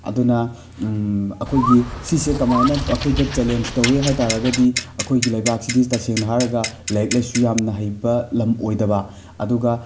ꯑꯗꯨꯅ ꯑꯩꯈꯣꯏꯒꯤ ꯁꯤꯁꯦ ꯀꯃꯥꯏꯅ ꯑꯩꯈꯣꯏꯗ ꯆꯦꯂꯦꯟꯖ ꯇꯧꯋꯤ ꯍꯥꯏꯇꯥꯔꯒꯗꯤ ꯑꯩꯈꯣꯏꯒꯤ ꯂꯩꯕꯥꯛꯁꯤꯗꯤ ꯇꯁꯦꯡꯅ ꯍꯥꯏꯔꯒ ꯂꯥꯏꯔꯤꯛ ꯂꯥꯏꯁꯨꯨ ꯌꯥꯝꯅ ꯍꯩꯕ ꯂꯝ ꯑꯣꯏꯗꯕ ꯑꯗꯨꯒ